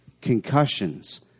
concussions